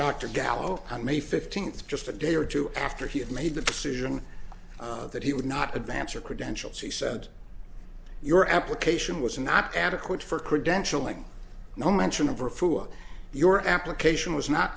dr gallo on may fifteenth just a day or two after he had made the decision that he would not advance your credentials he said your application was not adequate for credentialing no mention of or few of your application was not